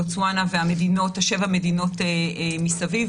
בוטסואנה ושבע מדינות מסביב.